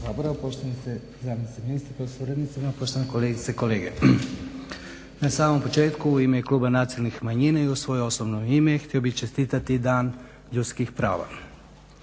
Sabora, poštovana zamjenice ministra … poštovane kolegice i kolege. Na samom početku u ime Kluba nacionalnih manjina i u svoje osobno ime htio bih čestitati Dan ljudskih prava.